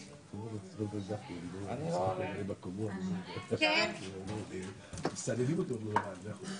שפעם אחר פעם את תגיעי למקומות האלה ותגידי בתימהון למה זה קורה.